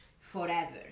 forever